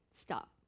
stop